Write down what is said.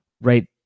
right